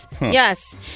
Yes